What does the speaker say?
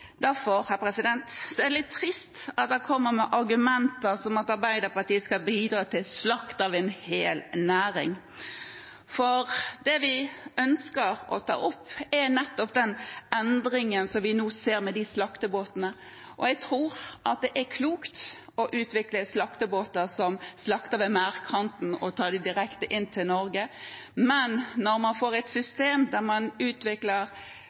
Derfor er det litt trist at en kommer med argumenter som at Arbeiderpartiet bidrar til slakt av en hel næring. Det vi ønsker å ta opp, er nettopp den endringen som vi nå ser med slaktebåter. Jeg tror det er klokt å utvikle slaktebåter som slakter ved merdkanten og tar det direkte inn til Norge. Men når man får et system der man utvikler